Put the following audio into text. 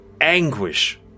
anguish